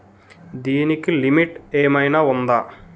దీనికి లిమిట్ ఆమైనా ఉందా?